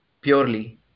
purely